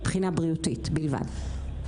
מבחינה בריאותית בלבד.